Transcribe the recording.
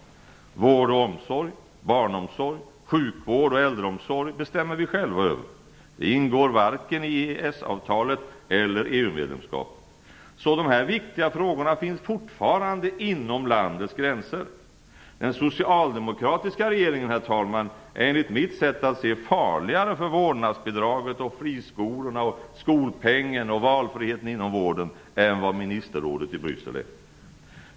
Vård och omsorg, barnomsorg, sjukvård och äldreomsorg bestämmer vi själva över. Det ingår varken i EES-avtalet eller i EU-medlemskapet. Så de viktigaste frågorna finns fortfarande inom landets gränser. Den socialdemokratiska regeringen är enligt mitt sätt att se farligare för vårdnadsbidraget, friskolorna, skolpengen och valfriheten inom vården än vad ministerrådet i Bryssel är.